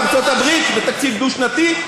ארצות-הברית בתקציב דו-שנתי,